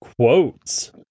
Quotes